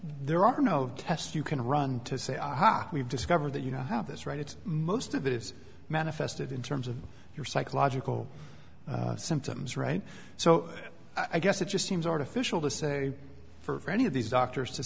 there are no tests you can run to say aha we've discovered that you know how this right it's most of that is manifested in terms of your psychological symptoms right so i guess it just seems artificial to say for any of these doctors to